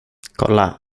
kolla